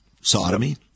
sodomy